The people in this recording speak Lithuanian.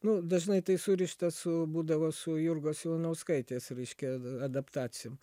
nu dažnai tai surišta su būdavo su jurgos ivanauskaitės reiškia adaptacijom